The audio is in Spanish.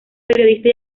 periodista